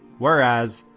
whereas,